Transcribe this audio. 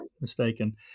mistaken